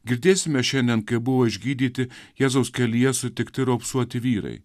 girdėsime šiandien kaip buvo išgydyti jėzaus kelyje sutikti raupsuoti vyrai